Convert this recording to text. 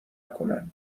کنن